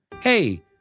hey